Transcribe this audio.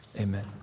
Amen